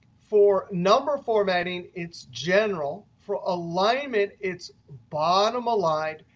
for number formatting, it's general. for alignment, it's bottom aligned.